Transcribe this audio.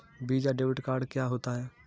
Visa debit card क्या होता है?